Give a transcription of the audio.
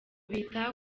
bita